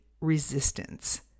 resistance